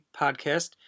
podcast